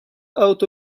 out